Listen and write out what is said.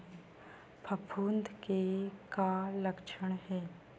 फफूंद के का लक्षण हे?